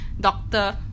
Doctor